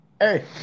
Hey